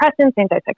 antipsychotics